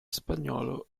spagnolo